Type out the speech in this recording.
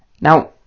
Now